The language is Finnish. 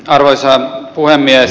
arvoisa puhemies